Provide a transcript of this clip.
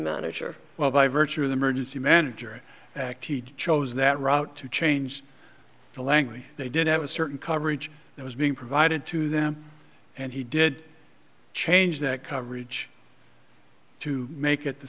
manager well by virtue of them urgency manager act he chose that route to change the language they did have a certain coverage that was being provided to them and he did change that coverage to make it the